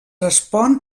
respon